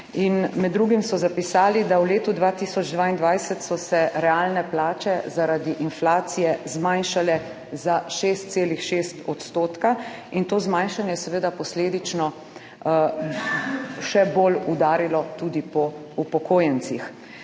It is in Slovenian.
Med drugim so zapisali, da v letu 2022 so se realne plače, zaradi inflacije zmanjšale za 6,6 odstotka in to zmanjšanje je seveda posledično še bolj udarilo tudi po upokojencih.